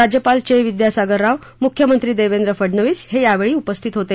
राज्यपाल सी विद्यासागर राव मुख्यमंत्री देवेंद्र फडनवीस यावेळी उपस्थित होते